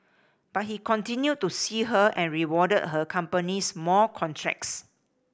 but he continued to see her and rewarded her companies more contracts